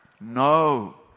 No